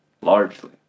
largely